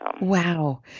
Wow